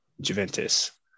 Juventus